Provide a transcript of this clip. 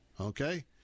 Okay